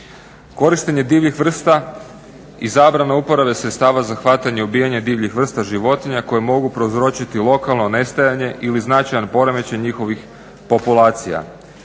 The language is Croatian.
Korištenje divljih vrsta i zabrane uporabe sredstva za hvatanje, ubijanje divljih vrsta životinja koje mogu prouzročiti lokalno nestajanje ili značajan poremećaj njihovih populacija